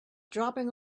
dropping